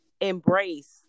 embrace